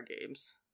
games